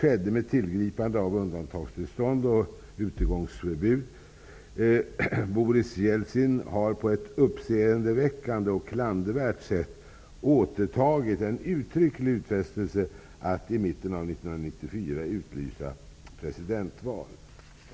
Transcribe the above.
Jeltsin har på ett uppseendeväckande och klandervärt sätt återtagit en uttrycklig utfästelse att i mitten av 1994 utlysa presidentval.